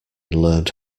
learned